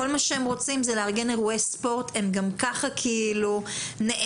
כול מה שהם רוצים זה לארגן אירועי ספורט וגם ככה הם נאנקים